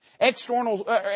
external